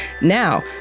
Now